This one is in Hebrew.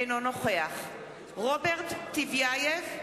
אינו נוכח רוברט טיבייב,